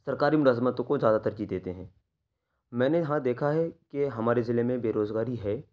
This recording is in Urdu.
سرکاری ملازمتوں کو زیادہ ترجیح دیتے ہیں میں نے یہاں دیکھا ہے کہ ہمارے ضلع میں بے روزگاری ہے